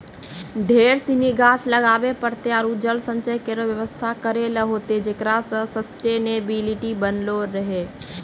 ढेर सिनी गाछ लगाबे पड़तै आरु जल संचय केरो व्यवस्था करै ल होतै जेकरा सें सस्टेनेबिलिटी बनलो रहे